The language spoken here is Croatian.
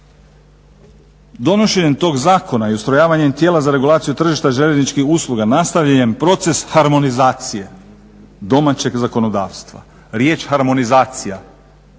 "donošenjem tog zakona i ustrojavanjem tijela za regulaciju tržišta željezničkih usluga nastavljen je proces harmonizacije domaćeg zakonodavstva". Riječ harmonizacije